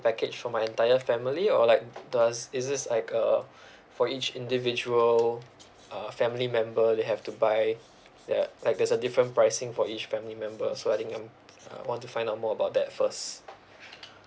package for my entire family or like does is this like uh for each individual uh family member they have to buy the like there's a different pricing for each family member so I think I'm I want to find out more about that first